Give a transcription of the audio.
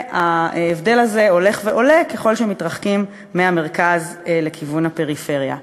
וההבדל הזה הולך ועולה ככל שמתרחקים מהמרכז לכיוון הפריפריה.